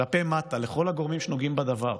כלפי מטה, לכל הגורמים שנוגעים בדבר,